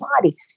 body